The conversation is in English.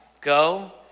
go